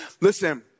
listen